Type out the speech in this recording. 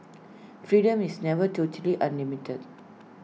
freedom is never totally unlimited